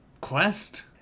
quest